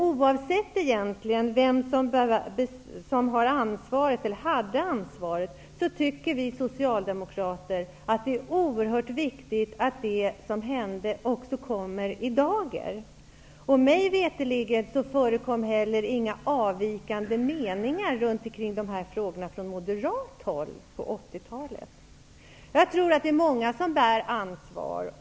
Oavsett vem som hade ansvaret, anser vi socialdemokrater att det är oerhört viktigt att det som hände kommer i dager. Mig veterligen förekom det under 80-talet inga avvikande meningar kring dessa frågor från moderat håll. Det är många som bär ansvar.